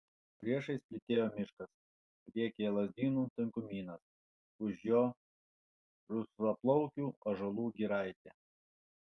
priešais plytėjo miškas priekyje lazdynų tankumynas už jo rusvaplaukių ąžuolų giraitė